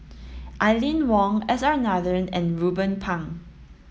Aline Wong S R Nathan and Ruben Pang